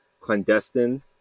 clandestine